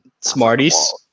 Smarties